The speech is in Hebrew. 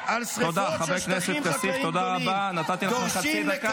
חבר הכנסת כסיף, תודה רבה, נתתי לך חצי דקה.